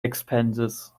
expenses